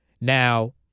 Now